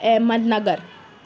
Ahmad Nagar